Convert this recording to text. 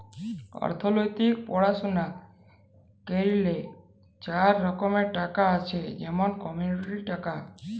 অথ্থলিতিক পড়াশুলা ক্যইরলে চার রকম টাকা আছে যেমল কমডিটি টাকা